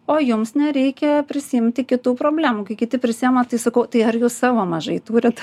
o jums nereikia prisiimti kitų problemų kai kiti prisiima tai sakau tai ar jūs savo mažai turit